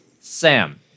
Sam